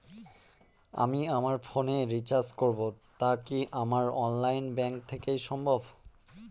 আমি আমার ফোন এ রিচার্জ করব টা কি আমার অনলাইন ব্যাংক থেকেই সম্ভব?